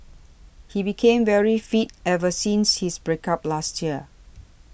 he became very fit ever since his break up last year